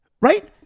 right